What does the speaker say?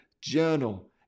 journal